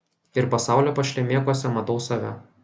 ir pasaulio pašlemėkuose matau save